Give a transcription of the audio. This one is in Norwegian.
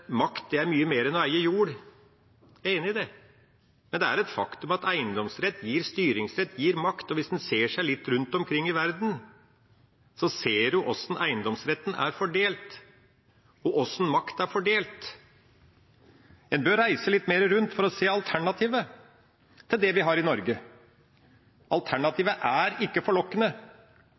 makt er mye mer enn å eie jord. Jeg er enig i det, men det er et faktum at eiendomsrett gir styringsrett – gir makt. Og hvis en ser seg litt rundt omkring i verden, ser en hvordan eiendomsretten er fordelt, og hvordan makt er fordelt. En bør reise litt mer rundt for å se alternativet til det vi har i Norge. Alternativet er ikke forlokkende.